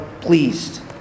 pleased